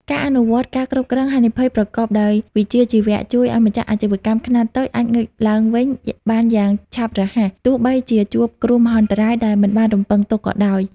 ការអនុវត្ត ការគ្រប់គ្រងហានិភ័យ ប្រកបដោយវិជ្ជាជីវៈ ជួយឱ្យម្ចាស់អាជីវកម្មខ្នាតតូចអាចងើបឡើងវិញបានយ៉ាងឆាប់រហ័ស ទោះបីជាជួបគ្រោះមហន្តរាយដែលមិនបានរំពឹងទុកក៏ដោយ។